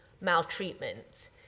maltreatment